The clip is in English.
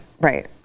right